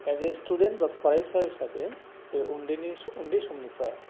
दा as a student बा फरायसा हिसाबै बे उन्दैनि उन्दै समनिफ्राय